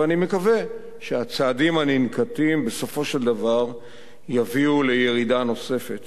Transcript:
ואני מקווה שהצעדים הננקטים בסופו של דבר יביאו לירידה נוספת